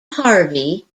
harvey